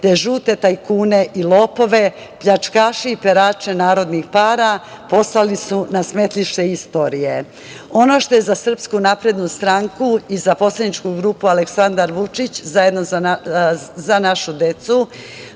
te žute tajkune i lopove, pljačkaše i perače narodnih para poslali su na smetlište istorije. Ono što je za SNS i za poslaničku grupu Aleksandar Vučić – Za našu decu